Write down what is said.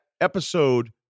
episode